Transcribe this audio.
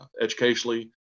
educationally